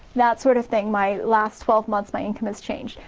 that sort of thing might last twelve months, my income has changed.